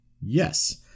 Yes